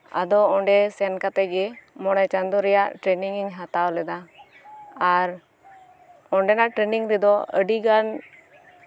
ᱟᱫᱚ ᱚᱸᱰᱮ ᱥᱮᱱ ᱠᱟᱛᱮ ᱜᱮ ᱢᱚᱬᱮ ᱪᱟᱸᱫᱚ ᱨᱮᱭᱟᱜ ᱴᱨᱮᱱᱤᱝᱤᱧ ᱦᱟᱛᱟᱣ ᱞᱮᱫᱟ ᱟᱨ ᱚᱸᱰᱮᱱᱟᱜ ᱴᱨᱮᱱᱤᱝ ᱨᱮᱫᱚ ᱟᱹᱰᱤ ᱜᱟᱱ